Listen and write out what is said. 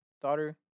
daughter